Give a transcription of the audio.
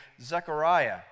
Zechariah